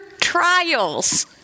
trials